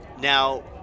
Now